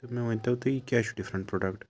تہٕ مےٚ ؤنۍتو تُہۍ یہِ کیٛازِ چھُ ڈِفرنٛٹ پرٛوٚڈَکٹ